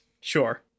sure